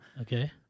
Okay